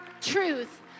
truth